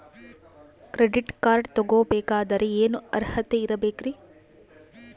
Credit card ತೊಗೋ ಬೇಕಾದರೆ ಏನು ಅರ್ಹತೆ ಇರಬೇಕ್ರಿ?